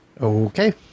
Okay